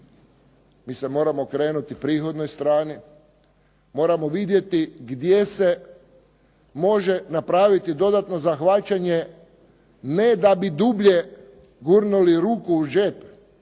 Mi se moramo okrenuti prihodnoj strani. Moramo vidjeti gdje se može napraviti dodatno zahvaćanje ne da bi dublje gurnuli ruku u džep